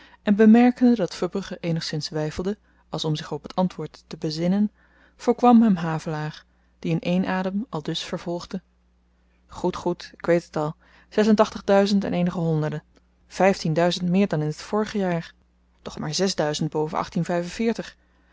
en bemerkende dat verbrugge eenigszins weifelde als om zich op t antwoord te bezinnen voorkwam hem havelaar die in één adem aldus vervolgde goed goed ik weet het al zes en tachtig duizend en eenige honderden vyftien duizend meer dan in t vorige jaar doch maar zesduizend boven